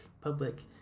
public